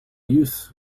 youth